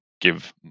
give